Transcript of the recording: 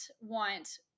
want